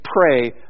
pray